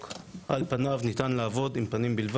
היה?